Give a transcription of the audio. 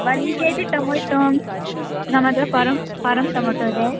ಒಂದು K G tomato ನಮ್ಮತ್ತಿರ farm farm tomato ಇದೆ